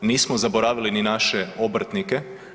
Nismo zaboravili ni naše obrtnike.